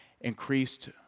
increased